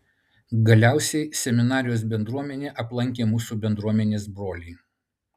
galiausiai seminarijos bendruomenė aplankė mūsų bendruomenės brolį